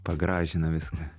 pagražina viską